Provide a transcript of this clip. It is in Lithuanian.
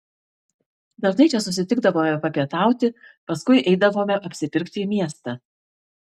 dažnai čia susitikdavome papietauti paskui eidavome apsipirkti į miestą